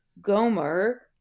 Gomer